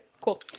cool